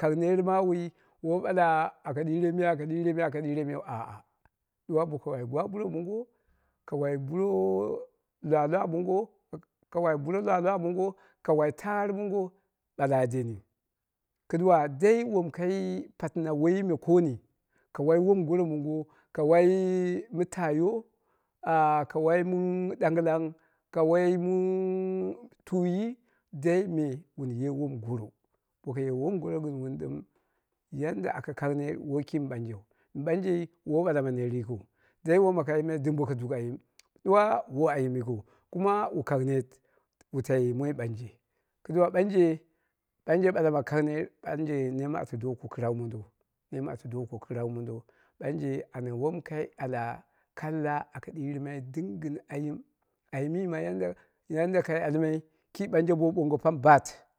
kangnet mawui woi ɓala aka ɗire me aka ɗire me aka ɗire meu ah ah ɗuwa boko wa gwaburo mongo, ka wai buro lwa- lwa mongo ka wai buro lwa lwa mongo, ka wai tarɨm mongo ɓala a deni. Kɨduwa wom ka patina woiyi me kooni, ka wai wom goro mongo, ka wai mɨ tayo, ah ka wai mɨ ɗang lang ka wai mɨ tuyi me wun ye wom goro boko ye wom goro gɨn wuni yadda aka netni woi ki mi ɓanjhen, mɨ ɓanje woi bala ma net yikiu. Yai dai wom aka yimai dɨm boko duu ayim ɗuwa woi ayim yikiu, kuma wu kang net wu tai moi ɓanje, kɨduwa ɓanje bala ma kang net neem ata do ko kɨrau mondo. Neem ata do ko kɨrau mondo, ɓanje anya wom kai ala kalla aka ɗirmai ɗɨm gɨn ayim ayimi ma yadda kai almai ki ɓanje bo wu ɓoongo pam baat